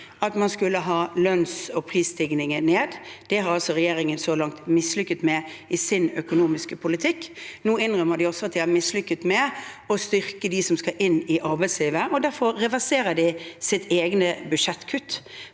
at man skulle få lønns- og prisstigningen ned. Det har altså regjeringen så langt mislyktes med i sin økonomiske politikk. Nå innrømmer de også at de har mislyktes i å styrke dem som skal inn i arbeidslivet. Derfor reverserer de sine egne budsjettkutt.